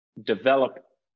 develop